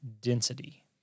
density